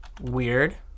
weird